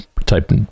type